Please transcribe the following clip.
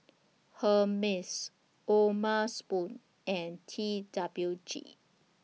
Hermes O'ma Spoon and T W G